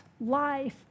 life